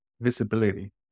visibility